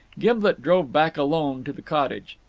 gimblet drove back alone to the cottage.